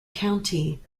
county